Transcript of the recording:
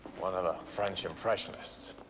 one of the french impressionists.